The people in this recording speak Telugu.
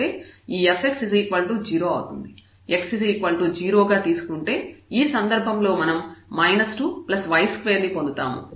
x 0 గా తీసుకుంటే ఈ సందర్భంలో మనం 2y2 ని పొందుతాము